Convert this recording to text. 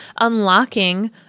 unlocking